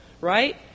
right